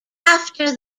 after